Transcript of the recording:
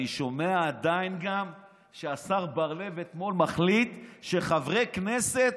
אני שומע עדיין גם שהשר בר לב אתמול החליט שחברי כנסת,